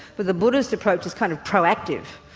but the buddhist approach is kind of pro-active,